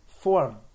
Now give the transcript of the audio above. form